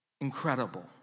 Incredible